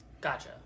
Gotcha